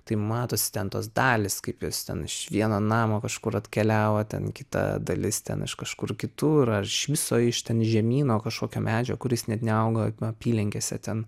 tai matosi ten tos dalys kaip jos ten iš vieno namo kažkur atkeliavo ten kita dalis ten iš kažkur kitur ar iš viso iš ten žemyno kažkokio medžio kuris net neaugo apylinkėse ten